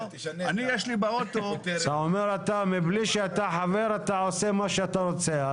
אתה אומר בלי שאתה חבר אתה עושה מה שאתה רוצה.